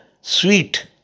sweet